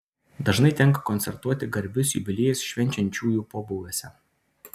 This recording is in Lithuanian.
dažnai tenka koncertuoti garbius jubiliejus švenčiančiųjų pobūviuose